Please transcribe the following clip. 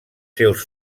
seus